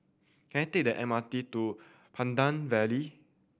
can I take the M R T to Pandan Valley